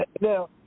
Now